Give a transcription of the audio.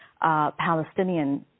Palestinian